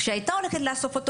כשאספה אותו,